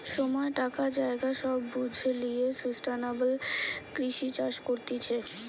সময়, টাকা, জায়গা সব বুঝে লিয়ে সুস্টাইনাবল কৃষি চাষ করতিছে